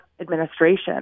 administration